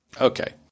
Okay